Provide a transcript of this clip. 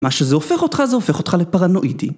מה שזה הופך אותך זה הופך אותך לפרנואידי